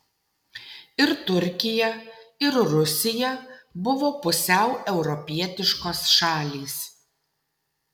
ir turkija ir rusija buvo pusiau europietiškos šalys